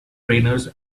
trainers